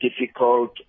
difficult